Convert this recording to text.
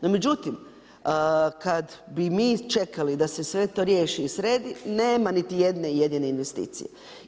No međutim, kada bi mi čekali da se sve to riješi i sredi nema niti jedne jedine investicije.